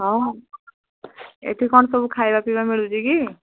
ହଁ ଏଠି କ'ଣ ସବୁ ଖାଇବା ପିଇବା ମିଳୁଛି କି